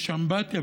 יש אמבטיה,